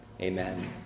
Amen